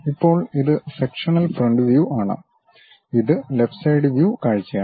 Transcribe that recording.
ഇപ്പോൾ ഇത് sectional front view ആണ് ഇത് ലെഫ്റ്റ് സൈഡ് വ്യൂ കാഴ്ചയാണ്